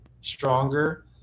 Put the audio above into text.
stronger